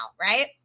right